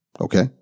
okay